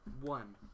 One